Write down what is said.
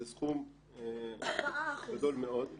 זה סכום גדול מאוד.